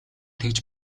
тэгж